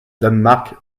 danemark